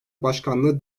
başkanlığı